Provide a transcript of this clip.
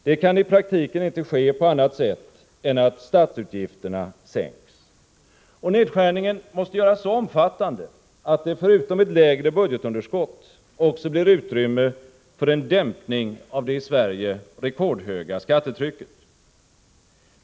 Det kan i praktiken inte ske på annat sätt än att statsutgifterna sänks. Nedskärningen måste göras så omfattande att det förutom ett lägre budgetunderskott också blir utrymme för en dämpning av det i Sverige rekordhöga skattetrycket.